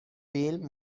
فیلم